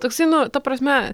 toksai nu ta prasme